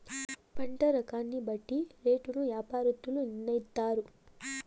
పంట రకాన్ని బట్టి రేటును యాపారత్తులు నిర్ణయిత్తారు